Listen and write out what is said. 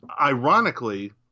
Ironically